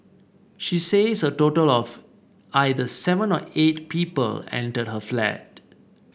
she says a total of either seven or eight people entered her flat